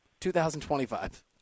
2025